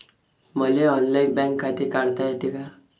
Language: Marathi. मले ऑनलाईन बँक खाते काढता येते का?